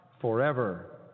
forever